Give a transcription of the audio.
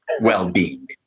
well-being